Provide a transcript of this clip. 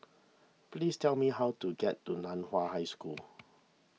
please tell me how to get to Nan Hua High School